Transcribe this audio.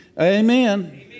Amen